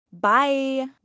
Bye